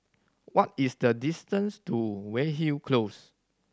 what is the distance to Weyhill Close